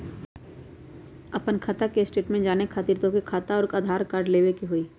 आपन खाता के स्टेटमेंट जाने खातिर तोहके खाता अऊर आधार कार्ड लबे के होइ?